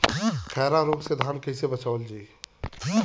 खैरा रोग से धान कईसे बचावल जाई?